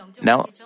Now